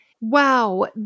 Wow